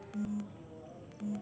कला बजारी के छहिरा बजार सेहो कहइ छइ